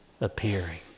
appearing